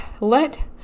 let